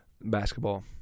basketball